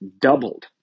doubled